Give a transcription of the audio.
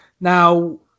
Now